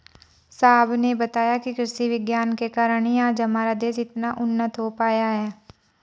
साहब ने बताया कि कृषि विज्ञान के कारण ही आज हमारा देश इतना उन्नत हो पाया है